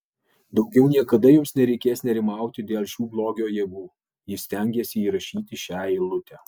daugiau niekada jums nereikės nerimauti dėl šių blogio jėgų jis stengėsi įrašyti šią eilutę